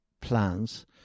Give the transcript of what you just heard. plans